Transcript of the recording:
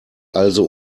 also